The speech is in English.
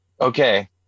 Okay